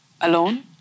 alone